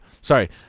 sorry